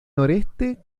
noreste